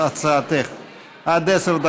להצעת חוק שירות אזרחי (תיקון,